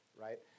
right